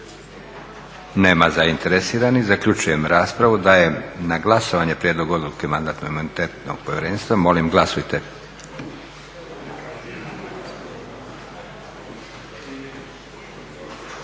Nema zainteresiranih. Zaključujem raspravu. Dajem na glasovanje Prijedlog odluke Manadatno-imunitetnog povjerenstva. Molim glasujte.